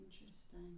Interesting